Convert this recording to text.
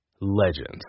Legends